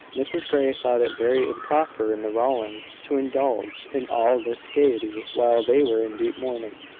mrs grey thought it very improper in the rowlands to indulge in all this gaiety while they were in deep mourning.